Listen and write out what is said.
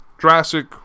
Jurassic